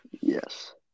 Yes